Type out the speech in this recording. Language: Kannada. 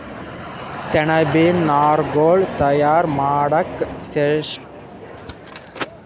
ಸೆಣಬಿನ್ ನಾರ್ಗೊಳ್ ತಯಾರ್ ಮಾಡಕ್ಕಾ ಡೆಸ್ಟಮ್ಮಿಂಗ್ ಮತ್ತ್ ಡೆಕೊರ್ಟಿಕೇಷನ್ ಮಷಿನಗೋಳ್ ಬಳಸ್ತಾರ್